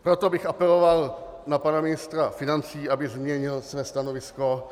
Proto bych apeloval na pana ministra financí, aby změnil své stanovisko.